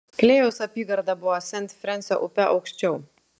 klėjaus apygarda buvo sent frensio upe aukščiau